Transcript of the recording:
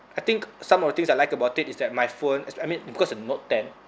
I think some of the things I like about it is that my phone is I mean because it's note ten